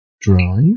drive